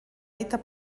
dita